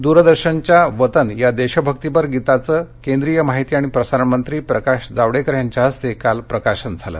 वतन द्रदर्शनच्या वतन या देशभक्तीपर गीताचे केंद्रीय माहिती आणि प्रसारण मंत्री प्रकाश जावडेकर यांच्या हस्ते काल प्रकाशन झालं